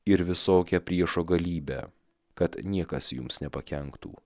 ir visokią priešo galybę kad niekas jums nepakenktų